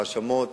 ההאשמות